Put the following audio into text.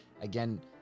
again